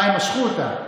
הם משכו אותה.